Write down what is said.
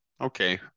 okay